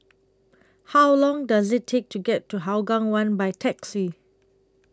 How Long Does IT Take to get to Hougang one By Taxi